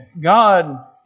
God